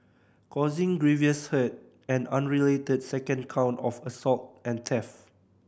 causing grievous hurt an unrelated second count of assault and theft